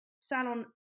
salon